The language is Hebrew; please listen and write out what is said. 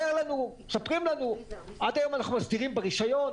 עד היום אנחנו מסדירים ברישיון,